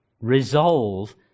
resolve